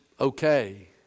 okay